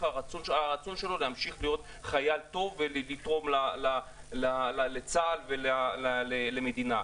הרצון שלו להמשיך להיות חייל טוב ולתרום לצה"ל ולמדינה.